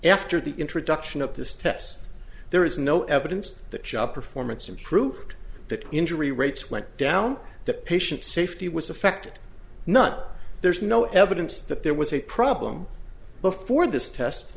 after the introduction of this test there is no evidence that job performance improved that injury rates went down that patient safety was effect not there is no evidence that there was a problem before this test